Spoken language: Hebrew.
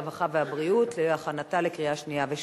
הרווחה והבריאות להכנתה לקריאה שנייה ושלישית.